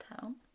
town